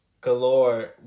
galore